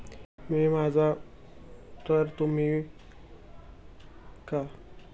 मी माझा क्रेडिट कार्डचा पासवर्ड विसरलो आहे तर तुम्ही तो पुन्हा रीसेट करून द्याल का?